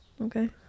Okay